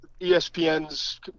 ESPN's